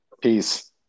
Peace